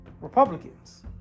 Republicans